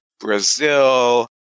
Brazil